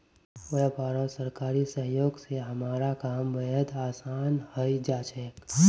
व्यापारत सरकारी सहयोग स हमारा काम बेहद आसान हइ जा छेक